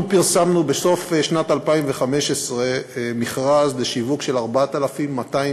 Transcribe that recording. אנחנו פרסמנו בסוף שנת 2015 מכרז לשיווק של 4,268